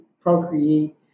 procreate